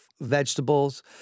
vegetables